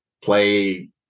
play